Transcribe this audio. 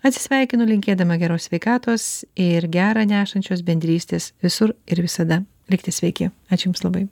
atsisveikinu linkėdama geros sveikatos ir gerą nešančios bendrystės visur ir visada likite sveiki ačiū jums labai